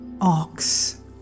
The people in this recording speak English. ox